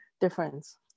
difference